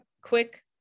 quick